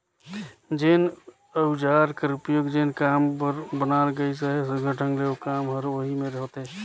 जेन अउजार कर उपियोग जेन काम बर बनाल गइस अहे, सुग्घर ढंग ले ओ काम हर ओही मे होथे